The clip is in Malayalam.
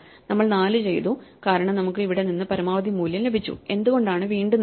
നമ്മൾ 4 ചെയ്തു കാരണം നമുക്ക് ഇവിടെ നിന്ന് പരമാവധി മൂല്യം ലഭിച്ചു എന്തുകൊണ്ടാണ് വീണ്ടും 4